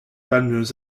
palmes